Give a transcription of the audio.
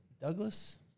Douglas